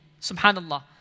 subhanallah